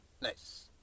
nice